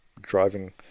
driving